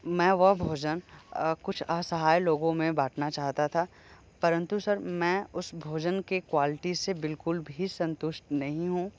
मैं वह भोजन कुछ असहाय लोगों में बाटना चाहता था परंतु सर मैं उस भोजन की क्वालिटी से बिल्कुल भी संतुष्ट नहीं हूँ